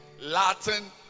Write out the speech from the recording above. Latin